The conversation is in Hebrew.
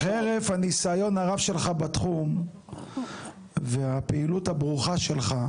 וחרף הניסיון הרב שלך בתחום והפעילות הברוכה שלך,